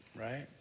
right